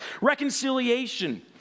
Reconciliation